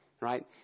right